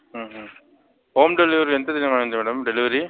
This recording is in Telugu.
హోమ్ డెలివరి ఎంత దూరం మ్యాడమ్ డెలివరీ